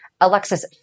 Alexis